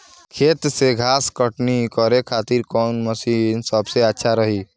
खेत से घास कटनी करे खातिर कौन मशीन सबसे अच्छा रही?